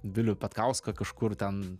vilių patkauską kažkur ten